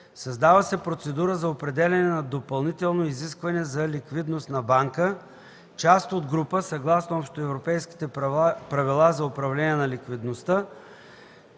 Създава се процедура за определяне на допълнително изискване за ликвидност на банка – част от група, съгласно общоевропейските правила за управление на ликвидността